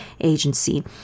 agency